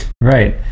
right